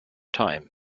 time